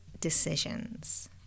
decisions